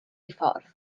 ffordd